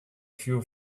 few